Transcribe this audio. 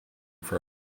for